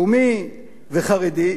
לאומי וחרדי,